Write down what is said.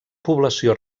població